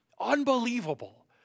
unbelievable